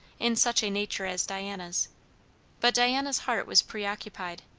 in such a nature as diana's but diana's heart was preoccupied.